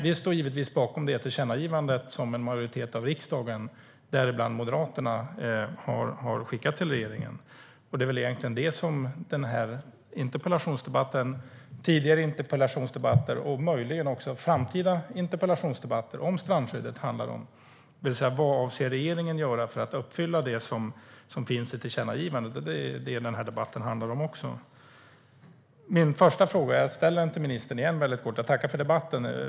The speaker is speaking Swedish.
Vi står givetvis bakom det tillkännagivande som en majoritet av riksdagen, däribland Moderaterna, har skickat till regeringen. Det är väl egentligen det som den här interpellationsdebatten handlar om, tidigare interpellationsdebatter har handlat om och möjligen också framtida interpellationsdebatter om strandskyddet kommer att handla om. Vad avser regeringen att göra för att uppfylla det som finns i tillkännagivandet? Det är vad debatten handlar om. Jag tackar för debatten.